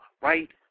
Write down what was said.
right